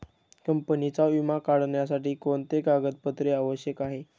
कंपनीचा विमा काढण्यासाठी कोणते कागदपत्रे आवश्यक आहे?